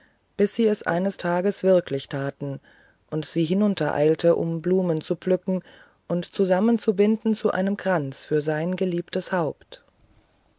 bis sie es eines tages wirklich taten und sie hinuntereilte um blumen zu pflücken und zusammenzubinden zu einen kranz für sein geliebtes haupt